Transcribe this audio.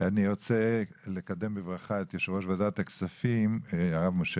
אני רוצה לקדם בברכה את יושב ראש ועדת הכספים הרב משה